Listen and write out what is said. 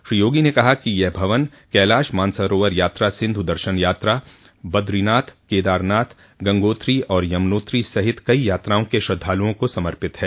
श्री योगी ने कहा कि यह भवन कैलाश मानसरोवर यात्रा सिन्धु दर्शन यात्रा बद्रीनाथ केदारनाथ गंगोत्री और यमुनोत्री सहित कई यात्राओं के श्रद्धालुओं को समर्पित है